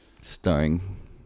Starring